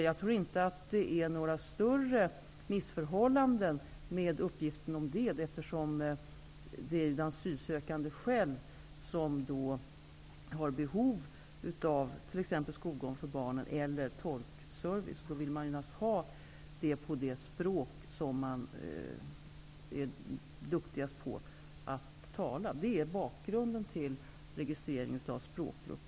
Jag tror inte att det råder några större missförhållanden beträffande dessa uppgifter, eftersom det ju är de asylsökande själva som har behov av t.ex. skolgång för barnen eller tolkservice. Då vill man naturligtvis ha undervisningen eller tolkningen på det språk som man är duktigast i att tala. Detta är bakgrunden till registrering av språkgrupp.